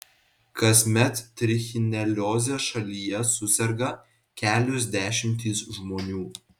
kasmet trichinelioze šalyje suserga kelios dešimtys žmonių